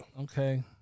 Okay